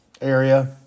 area